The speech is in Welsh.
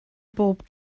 bob